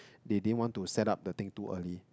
they didn't want to set up the thing too early